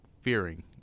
fearing